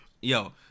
yo